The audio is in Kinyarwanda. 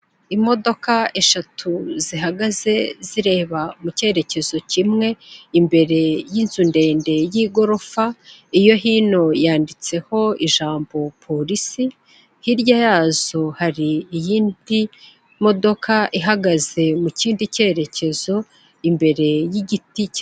Imodoka eshatu zihagaze zireba mu cyerekezo kimwe, imbere y'inzu ndende y'igorofa, iyo hino yanditseho ijambo polisi, hirya yazo hari iyindi modoka ihagaze mu kindi cyerekezo imbere y'igiti.